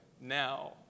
now